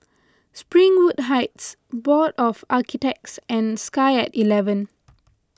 Springwood Heights Board of Architects and Sky at eleven